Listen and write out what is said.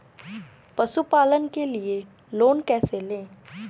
पशुपालन के लिए लोन कैसे लें?